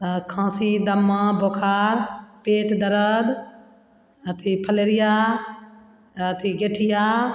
खाँसी दमा बोखार पेट दर्द अथी फलेरिया अथी गठिया